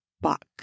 buck